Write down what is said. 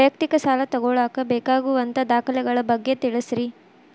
ವೈಯಕ್ತಿಕ ಸಾಲ ತಗೋಳಾಕ ಬೇಕಾಗುವಂಥ ದಾಖಲೆಗಳ ಬಗ್ಗೆ ತಿಳಸ್ರಿ